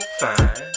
fine